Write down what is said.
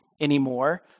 anymore